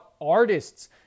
artists